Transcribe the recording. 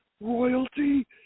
royalty